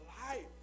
life